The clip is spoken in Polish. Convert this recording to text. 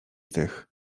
tych